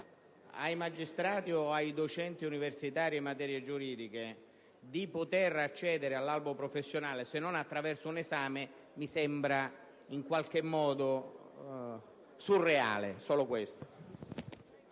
ai magistrati o ai docenti universitari di materie giuridiche di accedere all'albo professionale se non attraverso un esame mi sembra in qualche modo surreale.